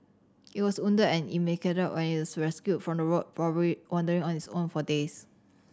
it was wounded and emaciated when it was rescued from the road probably wandering on its own for days